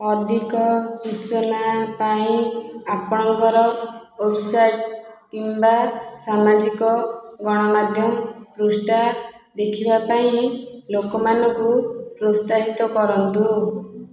ଅଧିକ ସୂଚନା ପାଇଁ ଆପଣଙ୍କର ୱେବ୍ସାଇଟ୍ କିମ୍ବା ସାମାଜିକ ଗଣମାଧ୍ୟମ ପୃଷ୍ଠା ଦେଖିବା ପାଇଁ ଲୋକମାନଙ୍କୁ ପ୍ରୋତ୍ସାହିତ କରନ୍ତୁ